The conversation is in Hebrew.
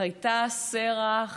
חייתה שרח